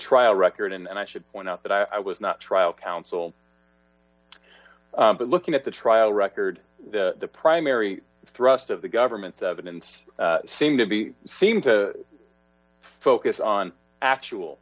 trial record and i should point out that i was not trial counsel but looking at the trial record the primary thrust of the government's evidence seem to be seem to focus on actual